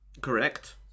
Correct